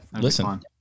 listen